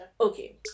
okay